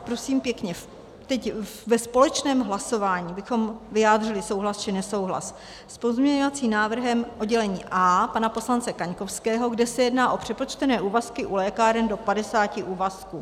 Prosím pěkně, ve společném hlasování bychom vyjádřili souhlas či nesouhlas s pozměňovacím návrhem oddělení A pana poslance Kaňkovského, kde se jedná o přepočtené úvazky u lékáren do 50 úvazků.